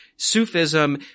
Sufism